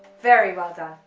very well done,